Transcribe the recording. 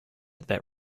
that